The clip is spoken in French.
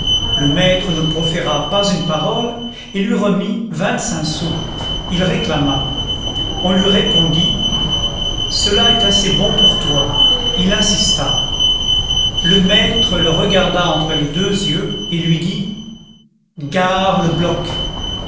le maître ne proféra pas une parole et lui remit vingt-cinq sous il réclama on lui répondit cela est assez bon pour toi il insista le maître le regarda entre les deux yeux et lui dit gare le bloc